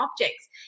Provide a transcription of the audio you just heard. objects